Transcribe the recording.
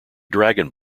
dragon